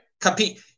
compete